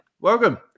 welcome